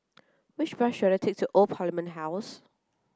which bus should I take to Old Parliament House